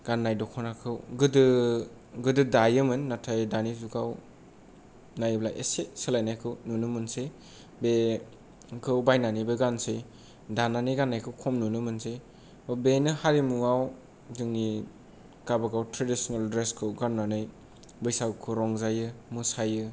गाननाय दखनाखौ गोदो गोदो दायोमोन नाथाय दानि जुगाव नायोब्ला एसे सोलायनायखौ नुनो मोनसै बेखौ बायनानैबो गानसै दानानै गाननायखौ खम नुनो मोनसै बेनो हारिमुवाव जोंनि गावबा गाव ट्रेडिसनेल द्रेसखौ गाननानै बैसागुखौ रंजायो मोसायो